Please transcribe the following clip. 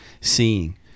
seeing